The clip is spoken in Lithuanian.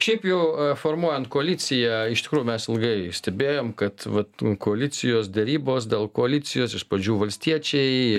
šiaip jau formuojant koaliciją iš tikrųjų mes ilgai stebėjom kad vat koalicijos derybos dėl koalicijos iš pradžių valstiečiai